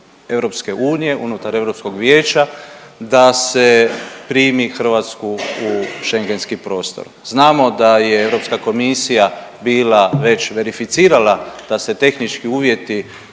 unutar EU, unutar Europskog Vijeća da se primi Hrvatsku u schengentski prostor. Znamo da je Europska komisija bila već verificirala da se tehnički uvjeti,